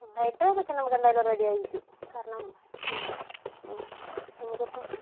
എട്ട് പേരൊക്കെ നമുക്കെന്തായാലും റെഡി ആയിരിക്കും കാരണം നമുക്കിപ്പോൾ